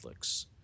Netflix